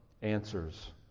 Answers